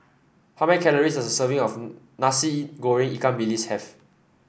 how many calories does a serving of Nasi Goreng Ikan Bilis have